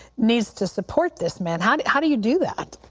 needs to support this man how do how do you do that?